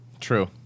True